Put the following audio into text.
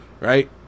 right